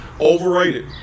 Overrated